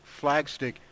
flagstick